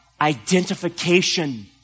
identification